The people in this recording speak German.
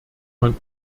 man